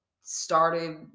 started